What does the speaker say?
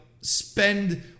spend